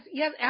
yes